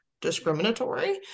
discriminatory